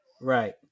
Right